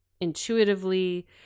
intuitively